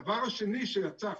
הדבר השני שיצא עכשיו,